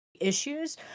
issues